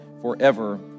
forever